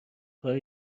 کار